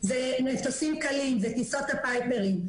אלה מטוסים קלים בטיסות הפייפרים.